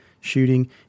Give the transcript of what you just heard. shooting